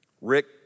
Rick